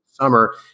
summer